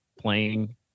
playing